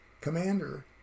commander